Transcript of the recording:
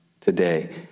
today